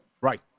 Right